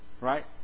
Right